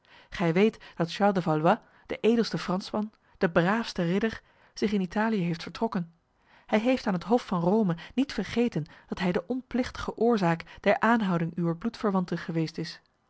gij weet dat charles de valois de edelste fransman de braafste ridder zich in italië heeft vertrokken hij heeft aan het hof van rome niet vergeten dat hij de onplichtige oorzaak der aanhouding uwer bloedverwanten geweest is